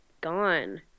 gone